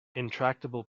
intractable